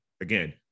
again